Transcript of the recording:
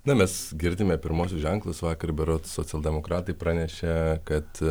na mes girdime pirmuosius ženklus vakar berods socialdemokratai pranešė kad